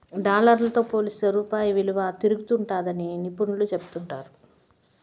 dollar తో పోలిస్తే రూపాయి ఇలువ తిరంగుండాదని నిపునులు చెప్తాండారు